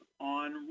on